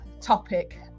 topic